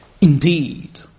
indeed